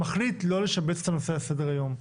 מחליט לא לשבץ את הנושא לסדר היום.